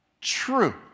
true